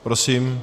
Prosím.